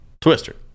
Twister